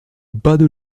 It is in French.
bad